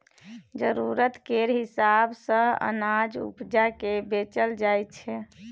जरुरत केर हिसाब सँ अनाज उपजा केँ बेचल जाइ छै